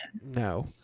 No